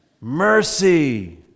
mercy